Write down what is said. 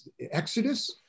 Exodus